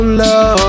love